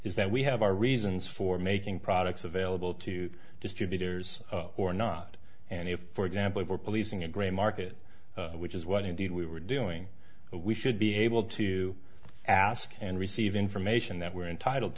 is that we have our reasons for making products available to distributors or not and if for example for policing a grey market which is what indeed we were doing we should be able to ask and receive information that we're entitled